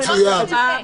מצוין.